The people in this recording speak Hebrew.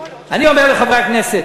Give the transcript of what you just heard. אני אומר לחברי הכנסת,